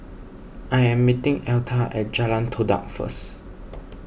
I am meeting Elta at Jalan Todak first